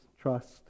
trust